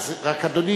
כתוב בחוק.